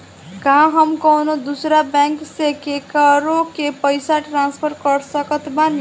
का हम कउनों दूसर बैंक से केकरों के पइसा ट्रांसफर कर सकत बानी?